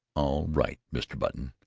all right, mr. button,